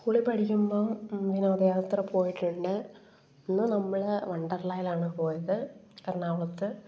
സ്കൂളിൽ പഠിക്കുമ്പം വിനോദയാത്ര പോയിട്ടുണ്ട് അന്ന് നമ്മൾ വണ്ടർലായിലാണ് പോയത് എറണാകുളത്ത്